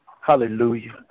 Hallelujah